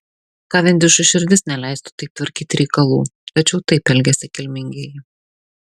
kavendišui širdis neleistų taip tvarkyti reikalų tačiau taip elgiasi kilmingieji